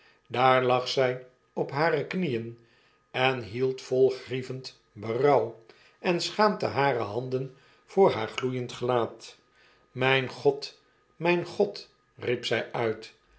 eiaar lag zjj op hare knieen en hield vol grievend berouw en schaamte hare handen voor haar gloeiend myn god mijn god riep zij uit